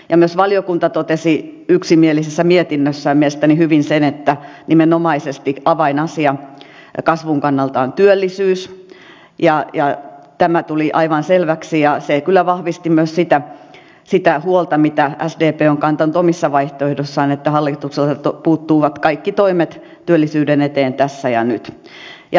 ja myös valiokunta totesi yksimielisessä mietinnössään mielestäni hyvin sen että nimenomaisesti avainasia kasvun kannalta on työllisyys tämä tuli aivan selväksi ja se kyllä vahvisti myös sitä huolta mitä sdp on kantanut omissa vaihtoehdoissaan että hallitukselta puuttuvat kaikki toimet työllisyyden eteen tässä ja nyt